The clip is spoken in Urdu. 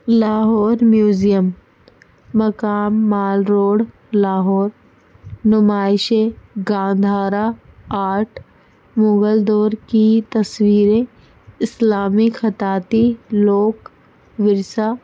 لاہور میوزیم مقام مال روڈ لاہور نمائشیں گاندھارا آرٹ مغل دور کی تصویریں اسلامی خطاتی لوک ورثہ